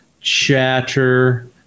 chatter